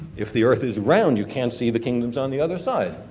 if the earth is round, you can't see the kingdoms on the other side.